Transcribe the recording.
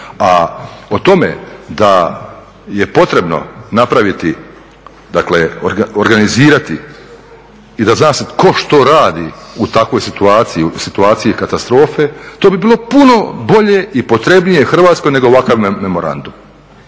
a o tome da je potrebno napraviti dakle organizirati i da zna se tko što radi u takvoj situaciji, u situaciji katastrofe to bi bilo puno bolje i potrebnije Hrvatskoj nego ovakav memorandum.